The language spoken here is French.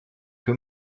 que